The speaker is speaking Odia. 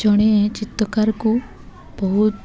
ଜଣେ ଚିତ୍ରକାରକୁ ବହୁତ